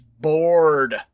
bored